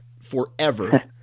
forever